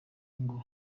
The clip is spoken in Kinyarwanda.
ngo